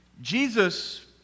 Jesus